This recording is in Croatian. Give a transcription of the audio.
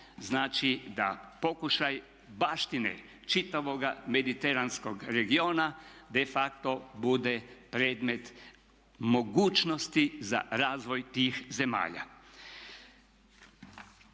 Znači da pokušaj baštine čitavoga mediteranskoga regiona de facto bude predmet mogućnosti za razvoj tih zemalja.